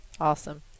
Awesome